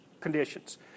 conditions